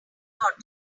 got